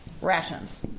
rations